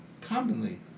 commonly